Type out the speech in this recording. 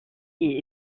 est